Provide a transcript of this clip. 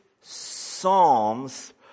psalms